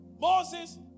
Moses